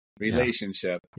relationship